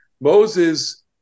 Moses